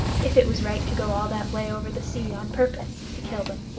if it was right to go all that way over the sea on purpose to kill them.